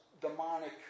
demonic